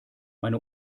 meine